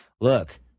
look